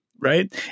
right